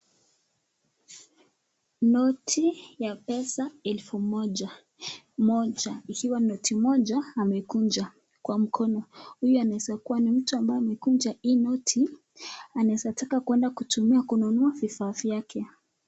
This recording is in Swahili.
Noti ya pesa elfu moja. Moja ikiwa noti moja amekunja kwa mkono, Huyu anaweza kuwa ni mtu ambaye amekunja hii noti anaeza taka tuenda kutumia kununua vifaa vyake